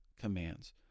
commands